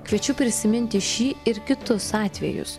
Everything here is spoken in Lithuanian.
kviečiu prisiminti šį ir kitus atvejus